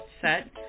set